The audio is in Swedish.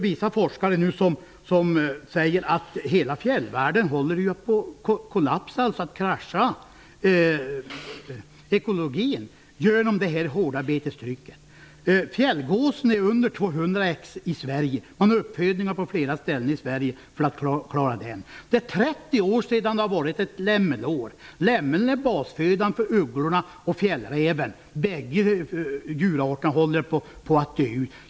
Vissa forskare säger nu att ekologin i hela fjällvärlden håller på att kollapsa, att krascha, genom det hårda betestrycket. Antalet fjällgås är under 200 exemplar i Sverige, och man har uppfödningar på flera ställen i Sverige för att klara den. Det är 30 år sedan det var lämmelår. Lämmeln är basföda för ugglorna och för fjällräven, och bägge arterna håller på att dö ut.